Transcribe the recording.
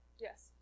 Yes